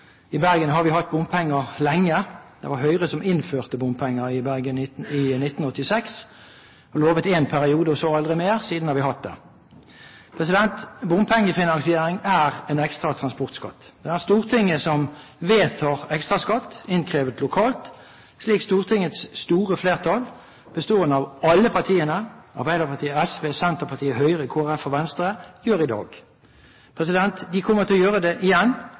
I Bergen har vi hatt bompenger lenge. Det var Høyre som innførte bompenger i Bergen i 1986 og lovet en periode og så aldri mer. Siden har vi hatt det. Bompengefinansiering er en ekstra transportskatt. Det er Stortinget som vedtar ekstraskatt innkrevet lokalt, slik Stortingets store flertall, bestående av Arbeiderpartiet, SV, Senterpartiet, Høyre, Kristelig Folkeparti og Venstre, gjør i dag. De kommer til å gjøre det igjen